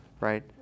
right